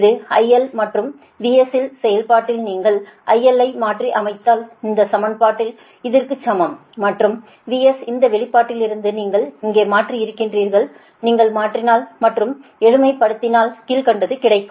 இது IL மற்றும் VS இன் செயல்பாடில் நீங்கள் IL ஐ மாற்றி அமைத்தால் இந்த சமன்பாட்டில் இதற்கு சமம் மற்றும் VS இந்த வெளிப்பாட்டிலிருந்து நீங்கள் இங்கே மாற்றி இருக்கிறீர்கள் நீங்கள் மாற்றினால் மற்றும் எளிமைப்படுத்தினால் கீழ்க்கண்டது கிடைக்கும்